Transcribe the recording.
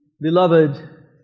Beloved